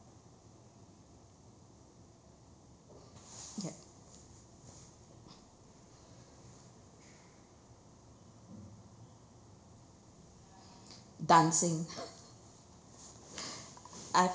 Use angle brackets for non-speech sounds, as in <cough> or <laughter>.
yup dancing <laughs> I've